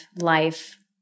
life